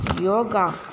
yoga